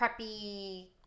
preppy